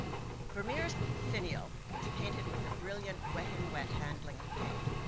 vermeer's finial is painted with a brilliant wet and wet handling of paint.